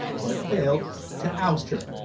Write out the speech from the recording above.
but failed to oust her.